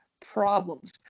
problems